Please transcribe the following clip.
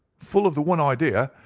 full of the one idea,